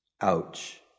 Ouch